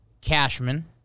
Cashman